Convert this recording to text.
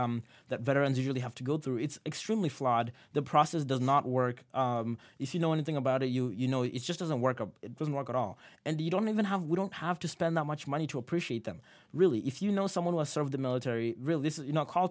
that that veterans usually have to go through it's extremely flawed the process does not work if you know anything about it you you know it just doesn't work out it doesn't work at all and you don't even have we don't have to spend that much money to appreciate them really if you know someone has sort of the military really this is you know call